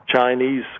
Chinese